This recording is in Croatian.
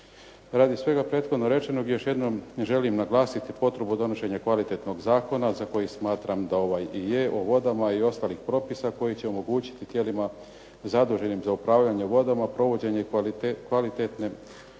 Radi svega prethodno rečenog još jednom želim naglasiti potrebu donošenja kvalitetnog zakona za koji smatram da ovaj i je o vodama i ostalih propisa koji će omogućiti tijelima zaduženim za upravljanje vodama provođenje kvalitetne